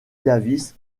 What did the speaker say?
davis